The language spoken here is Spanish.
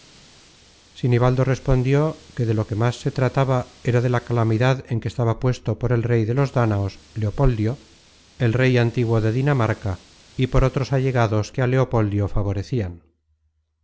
sinibaldo respondió que de lo que más se trataba era de la calamidad en que estaba puesto por el rey de los danaos leopoldio el rey antiguo de dinamarca y por otros allegados que á leopoldio favorecian